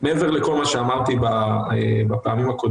הגדול, שעסק בפגיעה משמעותית והגבלות